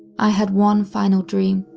i had one final dream,